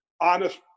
honest